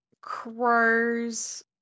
crow's